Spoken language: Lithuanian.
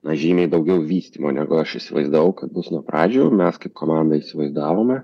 na žymiai daugiau vystymo negu aš įsivaizdavau kad bus nuo pradžių mes kaip komanda įsivaizdavome